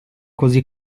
così